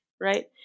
Right